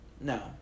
No